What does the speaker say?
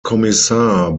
kommissar